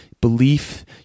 belief